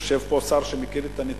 יושב פה שר שמכיר את הנתונים.